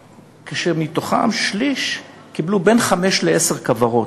ומתוכם שליש קיבלו בין חמש לעשר כוורות,